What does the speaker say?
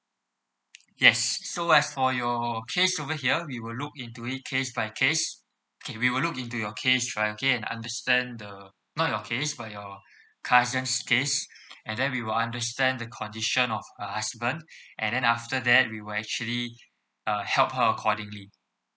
yes so as for your case over here we will look into it case by case okay we will look into your case right okay and understand the not your case but your cousin's case and then we will understand the condition of her husband and then after that we will actually uh help her accordingly